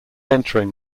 entering